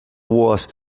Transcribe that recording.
was